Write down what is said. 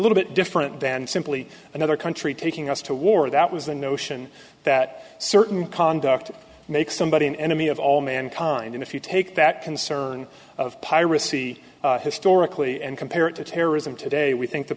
little bit different than simply another country taking us to war that was the notion that certain conduct makes somebody an enemy of all mankind and if you take that concern of piracy historically and compare it to terrorism today we think the